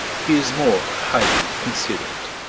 he is more highly considered.